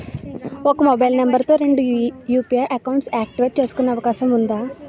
ఒక mobile number తో రెండు యు.పి.ఐ అకౌంట్స్ యాక్టివేట్ చేసుకునే అవకాశం వుందా?